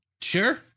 Sure